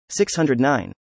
609